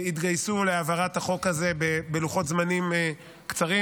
התגייסו להעברת החוק הזה בלוחות זמנים קצרים.